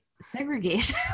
segregation